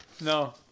no